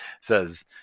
says